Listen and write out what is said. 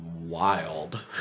wild